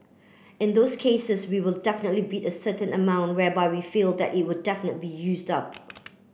in those cases we will definitely bid a certain amount whereby we feel that it will definite be used up